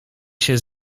się